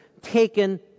taken